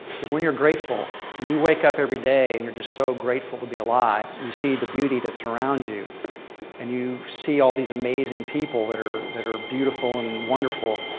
because when you're grateful, when you wake up every day and you're just so grateful to be alive, you see the beauty that surrounds you and you see all these amazing people that are that are beautiful and wonderful,